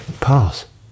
Pass